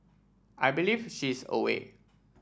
I believe she is away